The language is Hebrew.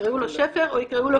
יקראו לו שפר או כהן,